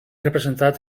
representat